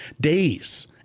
days